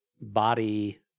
body